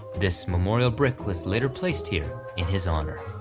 this memorial brick was later placed here in his honor.